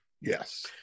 Yes